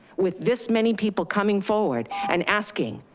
with this many people coming forward and asking,